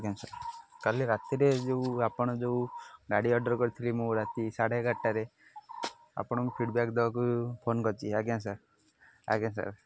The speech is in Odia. ଆଜ୍ଞା ସାର୍ କାଲି ରାତିରେ ଯୋଉ ଆପଣ ଯୋଉ ଗାଡ଼ି ଅର୍ଡ଼ର୍ କରିଥିଲି ମୁଁ ରାତି ସାଢ଼େ ଏଗାର'ଟାରେ ଆପଣଙ୍କୁ ଫିଡ଼ବ୍ୟାକ୍ ଦେବାକୁ ଫୋନ୍ କରିଛି ଆଜ୍ଞା ସାର୍ ଆଜ୍ଞା ସାର୍